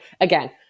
again